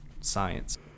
science